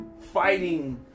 fighting